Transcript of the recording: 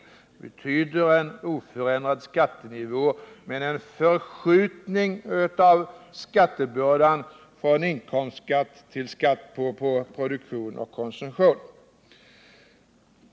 Det betyder en oförändrad skattenivå men en förskjutning av skattebördan från inkomstskatt till skatt på produktion och konsumtion.